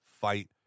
fight